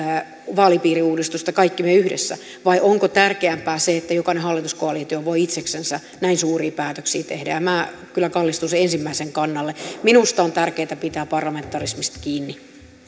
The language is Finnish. vaalipiiriuudistusta kaikki me yhdessä vai onko tärkeämpää se että jokainen hallituskoalitio voi itseksensä näin suuria päätöksiä tehdä minä kyllä kallistun sen ensimmäisen kannalle minusta on tärkeätä pitää parlamentarismista kiinni